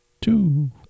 two